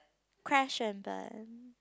crash and burn